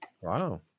Wow